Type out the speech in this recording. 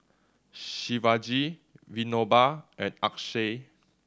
Shivaji Vinoba and Akshay